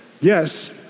Yes